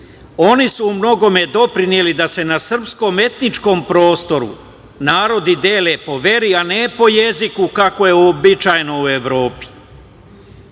oni su u mnogome doprineli da se na srpskom etničkom prostoru narodi dele po veri, a ne po jeziku kako je uobičajeno u Evropi